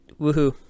Woohoo